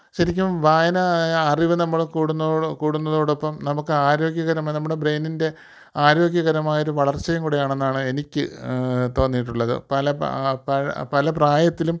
ശരിക്കും വായന അറിവ് നമ്മൾ കൂടുന്നതോട് കൂടുന്നതോടൊപ്പം നമുക്ക് ആരോഗ്യകരമായി നമ്മുടെ ബ്രയിനിൻറെ ആരോഗ്യകരമായൊരു വളർച്ചയും കൂടെയാണെന്നാണ് എനിക്ക് തോന്നിയിട്ടുള്ളത് പല പല പ്രായത്തിലും